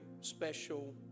special